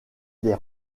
des